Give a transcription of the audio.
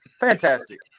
Fantastic